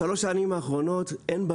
בשלוש השנים האחרונות אין לא